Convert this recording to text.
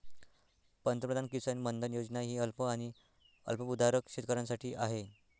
पंतप्रधान किसान मानधन योजना ही अल्प आणि अल्पभूधारक शेतकऱ्यांसाठी आहे